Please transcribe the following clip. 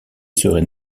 serait